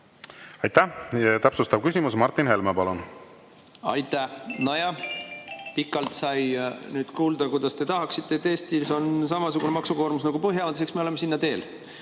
Aitäh! Täpsustav küsimus, Martin Helme, palun! Aitäh! Nojah, pikalt sai nüüd kuulda, kuidas te tahate, et Eestis oleks samasugune maksukoormus nagu Põhjamaades. Eks me oleme sinna teel.